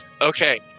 Okay